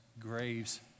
graves